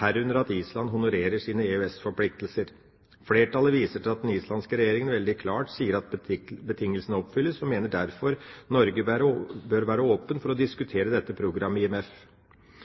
herunder at Island honorerer sine EØS-forpliktelser. Flertallet viser til at den islandske regjeringen veldig klart sier at betingelsene oppfylles, og mener derfor Norge bør være åpne for å diskutere dette programmet i IMF.»